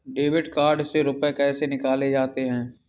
Debit card से रुपये कैसे निकाले जाते हैं?